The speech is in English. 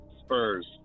Spurs